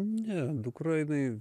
ne dukra jinai